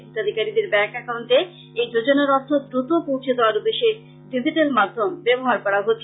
হিতাধিকারীদের bank একাউন্টে এই যোজনার অর্থ দ্রুত পৌছে দেওয়ার উদ্দেশ্যে ডিজিট্যাল মাধ্যম ব্যবহার করা হচ্ছে